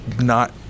not-